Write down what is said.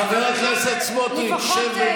חבר הכנסת סמוטריץ', שב, בבקשה.